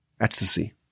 ecstasy